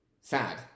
Sad